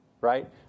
Right